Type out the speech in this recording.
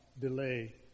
Delay